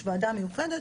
יש ועדה מיוחדת,